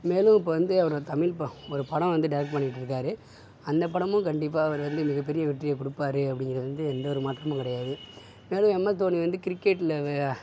மேலும் இப்போ வந்து அவர் தமிழ் ஒரு படம் வந்து டைரக்ட் பண்ணிகிட்டிருக்காரு அந்த படமும் கண்டிப்பாக அவர் வந்து மிகப்பெரிய வெற்றியை கொடுப்பாரு அப்படீங்குறது வந்து எந்த ஒரு மாற்றமும் கிடையாது மேலும் எம் எஸ் தோனி வந்து கிரிக்கெட்டில்